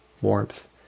warmth